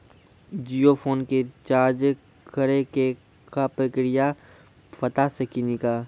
Jio phone के recharge करे के का प्रक्रिया बता साकिनी का?